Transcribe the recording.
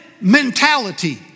mentality